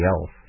else